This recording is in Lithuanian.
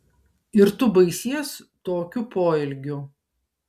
ir tu baisies tokiu poelgiu